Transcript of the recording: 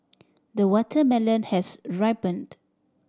the watermelon has ripened